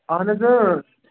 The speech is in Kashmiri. اَہَن حظ